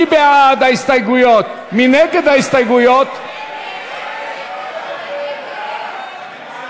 בדבר הפחתת תקציב